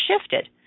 shifted